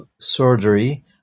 surgery